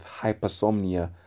hypersomnia